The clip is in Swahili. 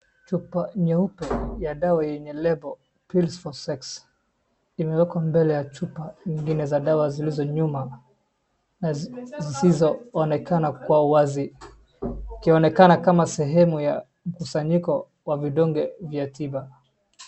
Chupa nyeupe ya dawa yenye lebo , pills for sex , imewekwa mbele ya chupa zingine za dawa zilizo nyuma na zisizoonekana kwa uwazi. Ikionekana kama sehemu ya mkusanyiko wa vidonge vya tiba.